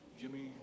Jimmy